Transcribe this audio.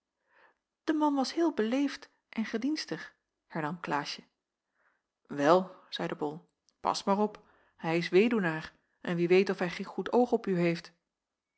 de man was heel beleefd en gedienstig hernam klaasje wel zeide bol pas maar op hij is weduwnaar en wie weet of hij geen goed oog op u heeft